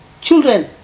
children